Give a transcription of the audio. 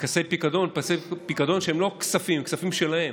מכספי פיקדון, שהם לא כספים, הם כספים שלהם.